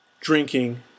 Drinking